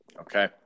okay